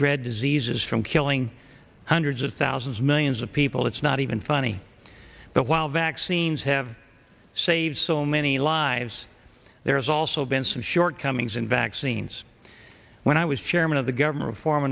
dread diseases from killing hundreds of thousands millions of people it's not even funny but while vaccines have saved so many lives there's also been some shortcomings in vaccines when i was chairman of the govern